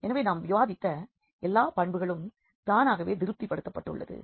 எனவே நாம் விவாதித்த எல்லா பண்புகளும் தானாகவே திருப்திப்படுத்தப்பட்டுள்ளது